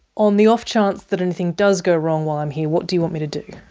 on the off-chance that anything does go wrong while i'm here, what do you want me to do?